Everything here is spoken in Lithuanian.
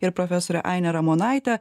ir profesore aine ramonaite